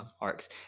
arcs